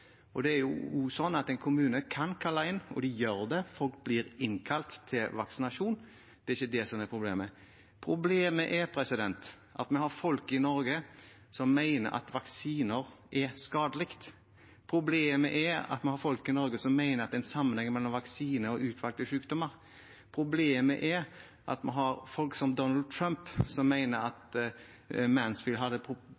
jo kalle inn folk til vaksinasjon, og de gjør det, det er ikke det som er problemet. Problemet er at vi har folk i Norge som mener at vaksiner er skadelig. Problemet er at vi har folk i Norge som mener at det er en sammenheng mellom vaksiner og utvalgte sykdommer. Problemet er at vi har folk som Donald Trump, som